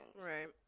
Right